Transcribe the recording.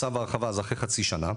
בצו ההרחבה זה אחרי חצי שנה,